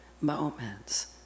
moments